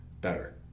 better